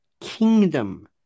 kingdom